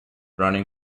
running